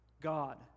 God